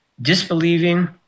disbelieving